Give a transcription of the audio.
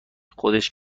خودش